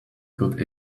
good